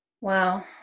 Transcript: wow